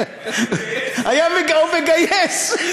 הוא היה מגייס.